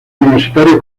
universitario